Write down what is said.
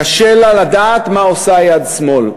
קשה לה לדעת מה עושה יד שמאל.